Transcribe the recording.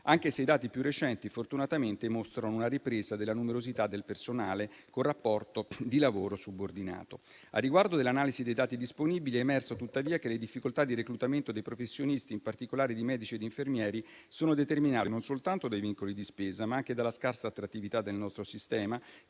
anche se i dati più recenti, fortunatamente, mostrano una ripresa della numerosità del personale con rapporto di lavoro subordinato. Al riguardo dell'analisi dei dati disponibili è emerso tuttavia che le difficoltà di reclutamento dei professionisti, in particolare di medici ed infermieri, sono determinate non soltanto dai vincoli di spesa ma anche dalla scarsa attrattività del nostro sistema